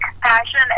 passion